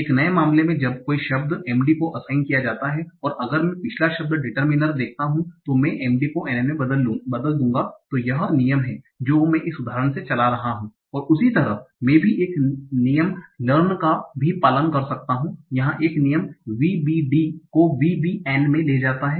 एक नए मामले में जब भी कोई शब्द MD को असाइंड किया जाता है और अगर मैं पिछला शब्द डिटर्मिनर देखता हूं तो मैं MD को NN में बदल दूंगा तो यह नियम है जो मैं इस उदाहरण से चला रहा हूं उसी तरह मैं भी एक नियम लर्न का भी पालन कर सकता हूं यहां एक नियम VBD को VBN में ले जाता है